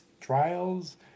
trials